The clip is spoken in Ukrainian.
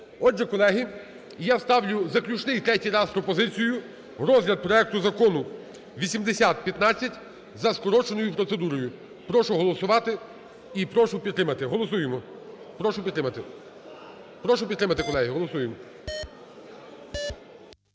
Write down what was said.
Отже, колеги, я ставлю заключний, третій, раз пропозицію – розгляд проекту Закону 8015 за скороченою процедурою. Прошу голосувати і прошу підтримати. Голосуємо. Прошу підтримати. Прошу підтримати, колеги, голосуємо.